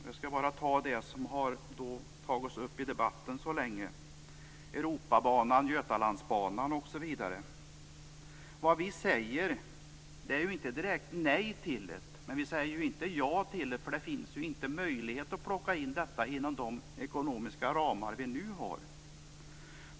Jag skall bara kommentera det som så här länge har tagits upp i debatten, Europabanan, Götalandsbanan osv. Vad vi säger är inte direkt nej, men vi säger inte heller ja, för det finns ju inte möjlighet att plocka in detta inom de nuvarande ekonomiska ramarna.